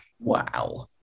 wow